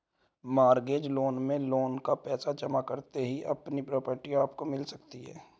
mortgage loan में loan का पैसा जमा करते ही अपनी प्रॉपर्टी आपको मिल सकती है